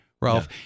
Ralph